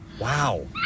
Wow